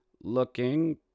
looking